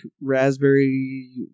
raspberry